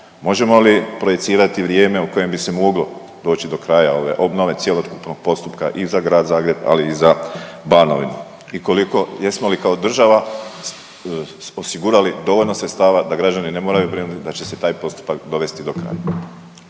možemo li projicirati vrijeme u kojem bi se moglo doći do kraja ove obnove i cjelokupnog postupka i za Grad Zagreb, ali i za Banovinu i koliko, jesmo li kao država osigurali dovoljno sredstava da građani ne moraju brinuti da će se taj postupak dovesti do kraja?